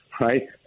right